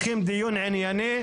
אני אגיד לך גם עניינית ומקצועית לה.